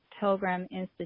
pilgriminstitute